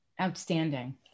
Outstanding